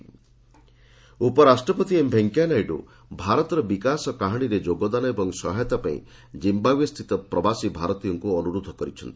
VP Zimbabwe ଉପରାଷ୍ଟପତି M Venkaiah Naidu ଭାରତର ବିକାଶ କାହାଣୀରେ ଯୋଗଦାନ ଓ ସହାୟତା ପାଇଁ ଜିମ୍ବାଓ୍ୱେସ୍ଥିତ ପ୍ରବାସୀ ଭାରତୀୟମାନଙ୍କୁ ଅନ୍ତରୋଧ କରିଛନ୍ତି